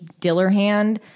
Dillerhand